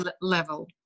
level